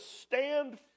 stand